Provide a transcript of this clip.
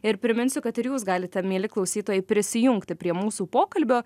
ir priminsiu kad ir jūs galite mieli klausytojai prisijungti prie mūsų pokalbio